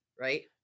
right